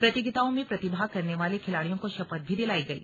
प्रतियोगिताओं में प्रतिभाग करने वाले खिलाड़ियों को शपथ भी दिलायी गयी